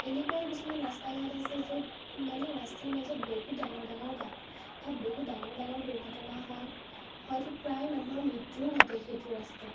এনেকুৱা কিছুমান ৰাস্তা ঘাট আছে য'ত মানে ৰাস্তাৰ মাজত বহুত ডাঙৰ ডাঙৰ গাঁত তাত বহুত ডাঙৰ ডাঙৰ দুৰ্ঘটনা হয় হয়তো প্ৰায় মানুহৰ মৃত্যুও ঘটে সেইটো ৰাস্তাত